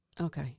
Okay